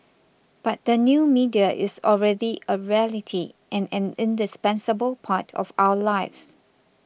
but the new media is already a reality and an indispensable part of our lives